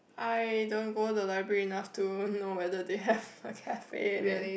I don't go the library enough to know whether they have a cafe in it